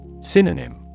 Synonym